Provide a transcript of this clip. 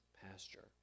pasture